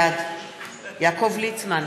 בעד יעקב ליצמן,